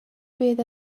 bydd